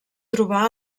trobar